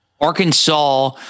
Arkansas